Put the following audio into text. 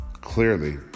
clearly